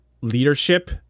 leadership